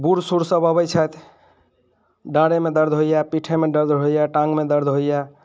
बूढ़ सूढ़ सभ अबै छथि डारेंमे दर्द होइए पीठे दर्द होइए टाँगमे दर्द होइए